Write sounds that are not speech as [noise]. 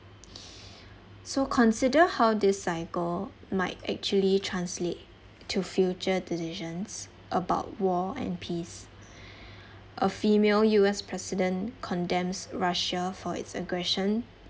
[breath] so consider how this cycle might actually translate to future decisions about war and peace [breath] a female U_S president condemns russia for its aggression